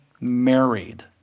married